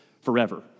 forever